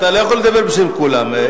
אתה לא יכול לדבר בשם כולם.